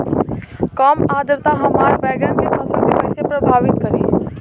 कम आद्रता हमार बैगन के फसल के कइसे प्रभावित करी?